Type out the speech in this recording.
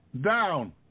down